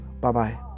Bye-bye